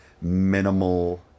minimal